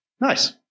Nice